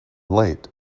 late